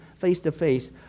face-to-face